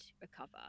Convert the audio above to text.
recover